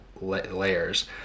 layers